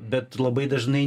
bet labai dažnai